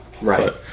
Right